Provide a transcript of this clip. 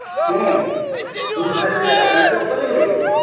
ᱦᱮᱸ ᱡᱤᱞ ᱫᱳᱠᱟᱱ ᱨᱮᱜᱮ ᱞᱟᱜᱟᱜᱣ ᱟᱠᱟᱱᱟ ᱟᱫᱚ ᱚᱠᱚᱭᱵᱤᱱ ᱞᱟᱹᱭᱮᱫ ᱛᱮᱦᱮᱸᱫᱼᱟ